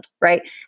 Right